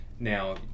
now